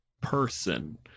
person